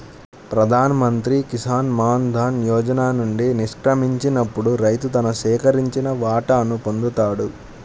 ప్రధాన్ మంత్రి కిసాన్ మాన్ ధన్ యోజన నుండి నిష్క్రమించినప్పుడు రైతు తన సేకరించిన వాటాను పొందుతాడు